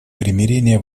примирения